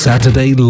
Saturday